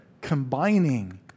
Combining